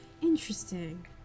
Interesting